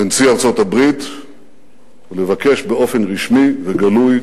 לנשיא ארצות-הברית ולבקש באופן רשמי וגלוי